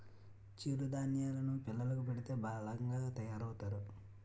చిరు ధాన్యేలు ను పిల్లలకు పెడితే బలంగా తయారవుతారు